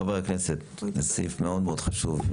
חברי הכנסת, זה סעיף מאוד מאוד חשוב.